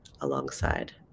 alongside